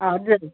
हजुर